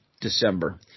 December